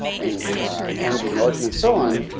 and, and andy norton and so on.